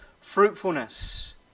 fruitfulness